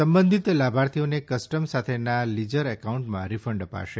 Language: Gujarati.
સંબંધીત લાભાર્થીઓને કસ્ટમ સાથેના લીજર એકાઉન્ટમાં રિફંડ અપાશે